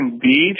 Beach